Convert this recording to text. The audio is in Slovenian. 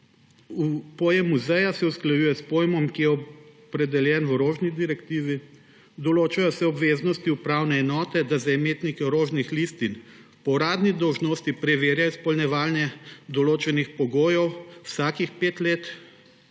Pojem muzeja se usklajuje s pojmom, ki je opredeljen v orožni direktivi, določajo se obveznosti upravne enote, da za imetnike orožnih listin po uradni dolžnosti preverja izpolnjevanje določenih pogojev vsakih pet let;